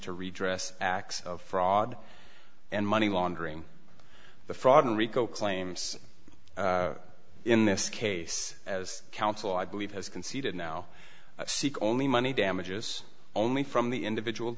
to redress acts of fraud and money laundering the fraud and rico claims in this case as counsel i believe has conceded now seek only money damages only from the individual